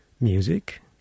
music